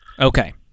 Okay